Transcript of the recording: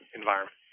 environment